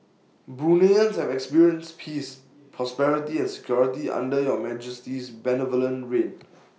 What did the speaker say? Bruneians have experienced peace prosperity and security under your Majesty's benevolent reign